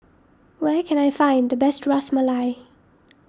where can I find the best Ras Malai